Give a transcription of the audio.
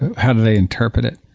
how do they interpret it?